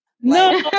No